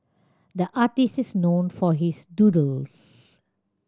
the artist is known for his doodles